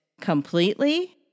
completely